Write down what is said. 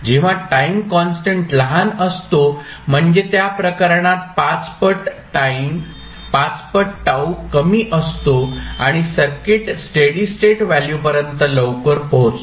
जेव्हा time constant लहान असतो म्हणजे त्या प्रकरणात 5 पट τ कमी असतो आणि सर्किट स्टेडी स्टेट व्हॅल्यू पर्यंत लवकर पोहोचतो